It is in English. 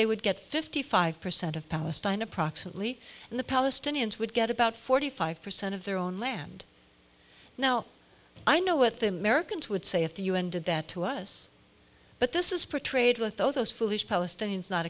they would get fifty five percent of palestine approximately and the palestinians would get about forty five percent of their own land now i know what the americans would say if the u n did that to us but this is portrayed with those foolish palestinians not